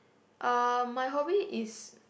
uh my hobby is